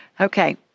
Okay